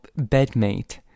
bedmate